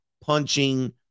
punching